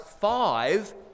five